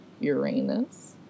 Uranus